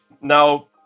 Now